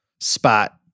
spot